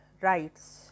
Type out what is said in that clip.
rights